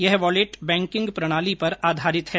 यह wallet banking प्रणाली पर आधारित है